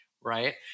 right